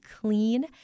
clean